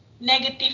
negative